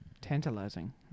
Tantalizing